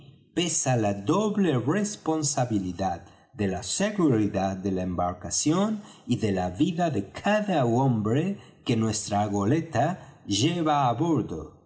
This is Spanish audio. pesa la doble responsabilidad de la seguridad de la embarcación y de la vida de cada hombre que nuestra goleta lleva á bordo